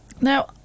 Now